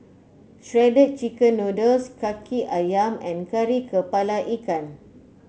Shredded Chicken Noodles kaki ayam and Kari kepala Ikan